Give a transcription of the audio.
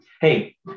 hey